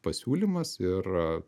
pasiūlymas ir